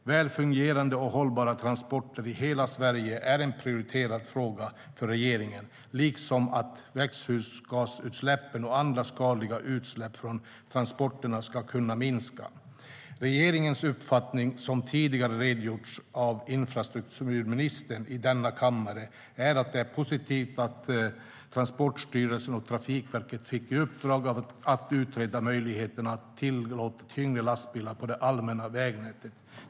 Väl fungerande och hållbara transporter i hela Sverige är en prioriterad fråga för regeringen liksom att växthusgasutsläppen och andra skadliga utsläpp från transporterna ska kunna minska. Regeringens uppfattning, som tidigare redogjorts för av infrastrukturministern i denna kammare, är att det är positivt att Transportstyrelsen och Trafikverket fick i uppdrag att utreda möjligheterna att tillåta tyngre lastbilar på det allmänna vägnätet.